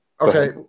okay